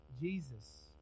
Jesus